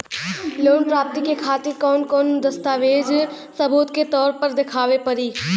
Loan प्राप्ति के खातिर कौन कौन दस्तावेज सबूत के तौर पर देखावे परी?